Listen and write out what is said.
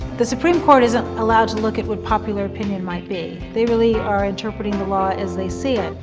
the supreme court isn't allowed to look at what popular opinion might be. they really are interpreting the law as they see it.